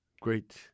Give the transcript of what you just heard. great